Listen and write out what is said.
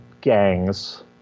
gangs